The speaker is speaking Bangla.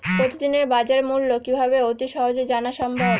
প্রতিদিনের বাজারমূল্য কিভাবে অতি সহজেই জানা সম্ভব?